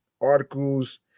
articles